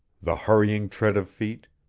the hurrying tread of feet,